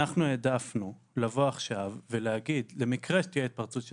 אנחנו העדפנו לבוא עכשיו ולהגיד: למקרה שתהיה התפרצות של